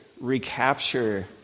recapture